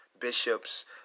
bishops